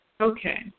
Okay